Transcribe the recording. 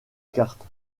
carte